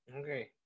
Okay